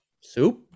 Soup